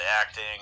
acting